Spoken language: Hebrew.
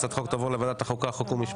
הצעת החוק תעבור לוועדת החוקה, חוק ומשפט.